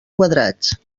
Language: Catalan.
quadrats